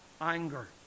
anger